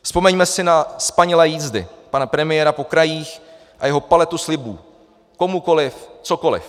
Vzpomeňme si na spanilé jízdy pana premiéra po krajích a jeho paletu slibů komukoliv cokoliv.